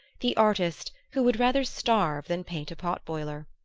the artist who would rather starve than paint a pot-boiler.